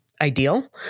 ideal